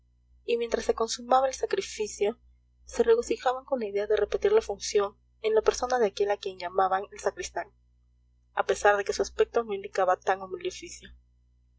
y mientras se consumaba el sacrificio se regocijaban con la idea de repetir la función en la persona de aquel a quien llamaban el sacristán a pesar de que su aspecto no indicaba tan